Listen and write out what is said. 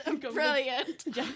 brilliant